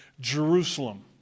Jerusalem